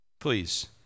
Please